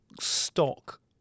stock